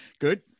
Good